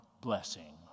blessing